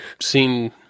seen